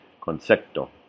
Concepto